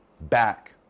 back